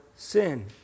Sin